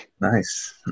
Nice